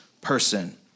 person